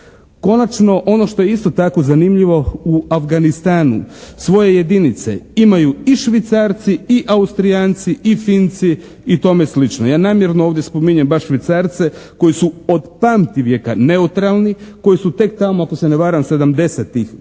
Konačno ono što je isto tako zanimljivo u Afganistanu svoje jedinice imaju i Švicarci, i Austrijanci i Finci i tome sl. Ja namjerno ovdje spominjem baš Švicarce koji su od pamtivijeka neutralni, koji su tek tamo ako se ne varam 70-tih godina